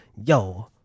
yo